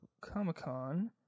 comic-con